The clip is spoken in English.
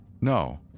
No